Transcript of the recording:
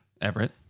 Everett